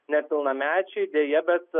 nepilnamečiai deja bet